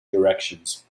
directions